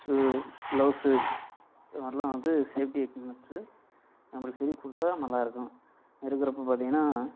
shoe gloves இதை மாதிரிலாம் வந்து சேஃப்டி எக்யூப்மெண்ட்ஸு நம்மளுக்கு செய்து கொடுத்தா நல்லா இருக்கும் இருக்கிறப்ப பார்த்தீங்கன்னா